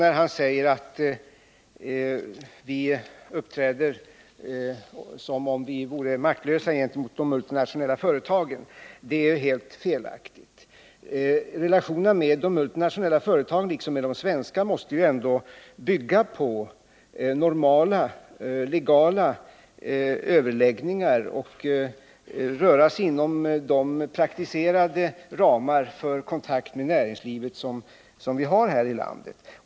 när han säger att vi uppträder som om vi vore maktlösa gentemot de multinationella företagen. att det är helt felaktigt. Relationerna med de multinationella företagen. liksom med de svenska, måste ändå bygga på normala legala överläggningar och röra sig inom de praktiserade ramar för kontakt med näringslivet som vi har här i landet.